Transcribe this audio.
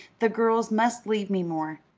the girls must leave me more.